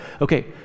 okay